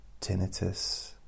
tinnitus